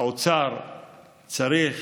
האוצר צריך